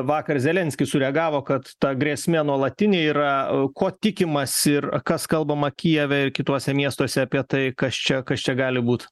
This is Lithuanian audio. vakar zelenskis sureagavo kad ta grėsmė nuolatinė yra ko tikimasi ir kas kalbama kijeve ir kituose miestuose apie tai kas čia kas čia gali būt